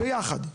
ביחד,